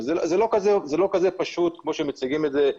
זה לא כזה פשוט כמו שמציגים את זה.